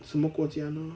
什么国家呢